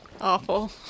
Awful